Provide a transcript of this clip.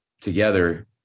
together